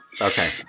Okay